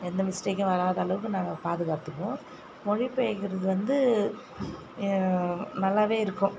எந்த மிஸ்டேக்கும் வராத அளவுக்கு நாங்கள் பாதுகாத்துப்போம் மொழிபெயர்க்கிறது வந்து நல்லாவே இருக்கும்